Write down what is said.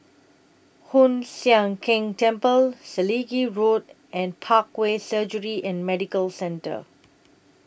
Hoon Sian Keng Temple Selegie Road and Parkway Surgery and Medical Centre